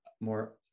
more